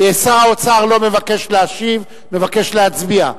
שר האוצר לא מבקש להשיב, מבקש להצביע.